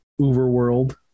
Uberworld